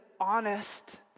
honest